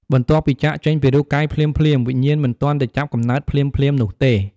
បន្ទាប់ពីចាកចេញពីរូបកាយភ្លាមៗ វិញ្ញាណមិនទាន់ទៅចាប់កំណើតភ្លាមៗនោះទេ។